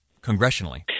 congressionally